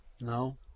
no